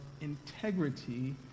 integrity